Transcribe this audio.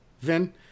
Vin